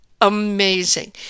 amazing